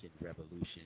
revolution